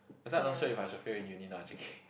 that's why I not sure if I should fail in uni now J_K